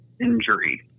injury